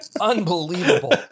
Unbelievable